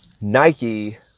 Nike